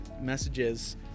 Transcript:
messages